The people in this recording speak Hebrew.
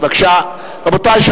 רבותי,